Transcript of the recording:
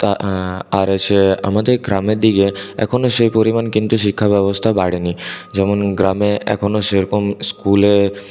তা আর আছে আমাদের গ্রামের দিকে এখনও সেই পরিমাণ কিন্তু শিক্ষা ব্যবস্থা বাড়েনি যেমন গ্রামে এখনও সেরকম স্কুলে